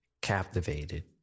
captivated